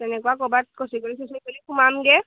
তেনেকুৱা ক'বাত সোমামগৈ